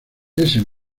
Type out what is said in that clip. ese